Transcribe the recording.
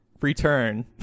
Return